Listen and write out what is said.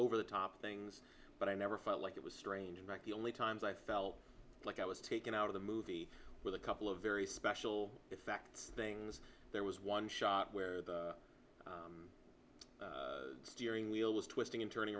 over the top things but i never felt like it was strange and like the only times i felt like i was taken out of the movie with a couple of very special effects things there was one shot where the steering wheel was twisting and turning